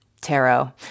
tarot